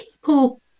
people